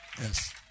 Yes